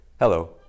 Hello